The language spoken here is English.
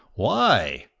why?